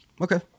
Okay